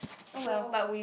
so